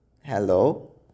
hello